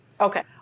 Okay